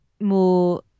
more –